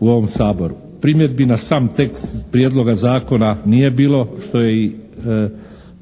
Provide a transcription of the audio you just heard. u ovom Saboru. Primjedbi na sam tekst prijedloga zakona nije bilo što je i